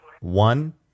One